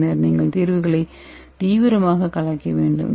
பின்னர் நீங்கள் தீர்வுகளை தீவிரமாக கலக்க வேண்டும்